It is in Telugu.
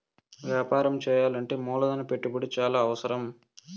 వ్యాపారం చేయాలంటే మూలధన పెట్టుబడి చాలా అవసరం